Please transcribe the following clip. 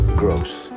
gross